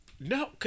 no